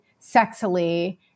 sexily